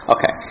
Okay